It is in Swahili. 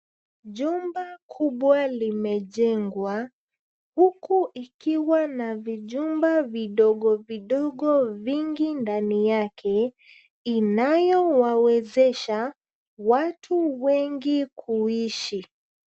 Jumba kubwa limejengwa, huku ikiwa na vijumba vidogo vidogo vingi ndani yake inayowawezesha watu wengi kuishi.